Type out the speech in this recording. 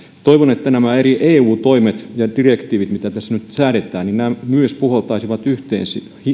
toivon että myös nämä eri eu toimet ja direktiivit mitä tässä nyt säädetään puhaltaisivat yhteen